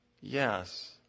Yes